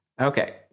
Okay